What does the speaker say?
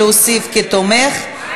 להוסיף אותך?